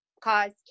cause